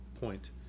point